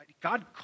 God